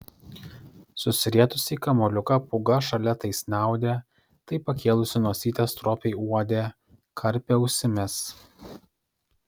susirietusi į kamuoliuką pūga šalia tai snaudė tai pakėlusi nosytę stropiai uodė karpė ausimis